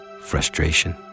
frustration